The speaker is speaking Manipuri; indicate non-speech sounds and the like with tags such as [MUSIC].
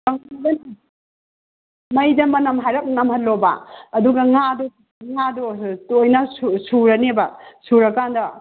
[UNINTELLIGIBLE] ꯃꯩꯗ ꯃꯅꯝ ꯍꯥꯏꯔꯞ ꯅꯝꯍꯜꯂꯣꯕ ꯑꯗꯨꯒ ꯉꯥꯗꯨ ꯉꯥꯗꯨ ꯇꯣꯏꯅ ꯁꯨꯔꯅꯦꯕ ꯁꯨꯔꯥ ꯀꯥꯟꯗ